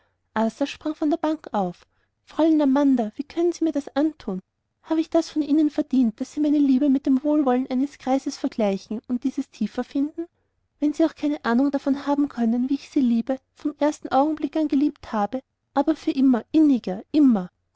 sprang von der bank auf fräulein amanda wie können sie mir das antun habe ich das von ihnen verdient daß sie meine liebe mit dem wohlwollen eines greises vergleichen und dieses tiefer finden wenn sie auch keine ahnung davon haben können wie ich sie liebe vom ersten augenblick an geliebt habe aber immer inniger immer